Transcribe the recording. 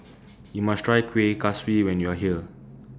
YOU must Try Kueh Kaswi when YOU Are here